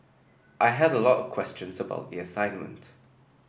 I had a lot of questions about the assignment